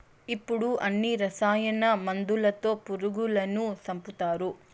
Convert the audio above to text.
ఇప్పుడు అన్ని రసాయన మందులతో పురుగులను సంపుతారు